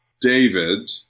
David